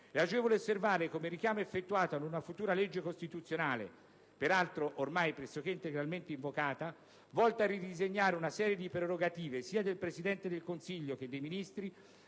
è agevole osservare come il richiamo effettuato ad una futura legge costituzionale (peraltro, ormai, pressoché integralmente invocata), volta a ridisegnare una serie di prerogative, sia del Presidente del Consiglio, che dei Ministri,